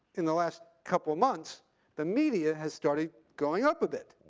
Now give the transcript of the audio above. in the last couple of months the media has started going up a bit.